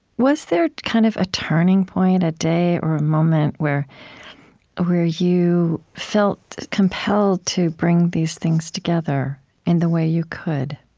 was there kind of a turning point, a day or a moment where where you felt compelled to bring these things together in the way you could,